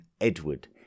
Edward